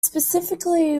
specificity